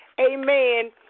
amen